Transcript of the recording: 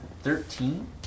Thirteen